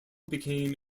became